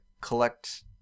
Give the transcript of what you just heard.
collect